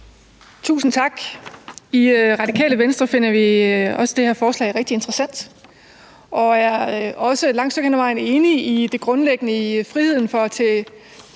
Tusind tak. I Det Radikale Venstre finder vi også det her forslag rigtig interessant, og vi er også et langt stykke hen ad vejen enige i det grundlæggende i friheden for forældre